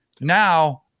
Now